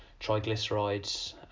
triglycerides